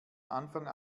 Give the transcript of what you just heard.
anfang